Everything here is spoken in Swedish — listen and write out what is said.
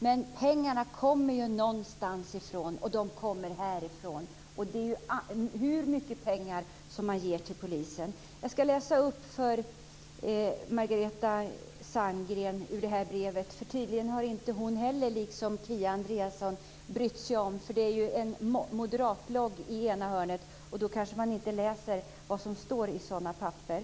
Men pengarna kommer ju någonstans ifrån, och de kommer härifrån. Och det handlar ju om hur mycket pengar som man ger till polisen. Jag ska läsa ur det här brevet för Margareta Sandgren, eftersom hon, liksom Kia Andreasson, tydligen inte har brytt sig om det. Det är ju en moderatlogotyp i ena hörnet, och man kanske inte läser vad som står i sådana papper.